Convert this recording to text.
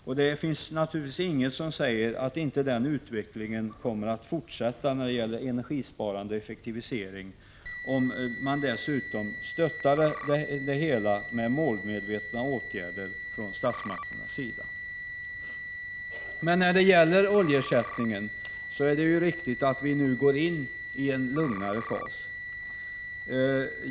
Och det finns naturligtvis inget som säger att inte den utvecklingen kommer att fortsätta när det gäller energisparande och effektivisering, om man dessutom stöttar det hela med målmedvetna åtgärder från statsmakternas sida. När det gäller oljeersättningen är det riktigt att vi nu går in i en lugnare fas.